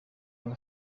yaba